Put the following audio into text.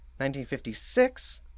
1956